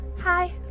Hi